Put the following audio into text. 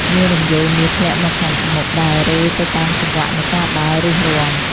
មានរំយោលមាសធ្លាក់មកខាងមុខ ដែលរេទៅតាមចង្វាក់នៃការដើរ ឬរាំ។